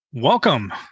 Welcome